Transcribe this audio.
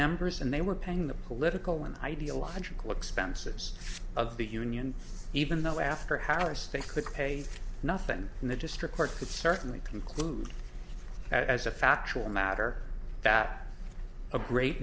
members and they were paying the political and ideological expenses of the union even though after harris they could pay nothing in the district court could certainly conclude as a factual matter that a great